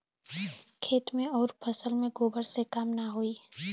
खेत मे अउर फसल मे गोबर से कम ना होई?